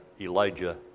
Elijah